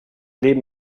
leben